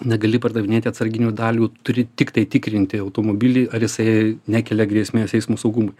negali pardavinėti atsarginių dalių turi tiktai tikrinti automobilį ar jisai nekelia grėsmės eismo saugumui